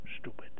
stupid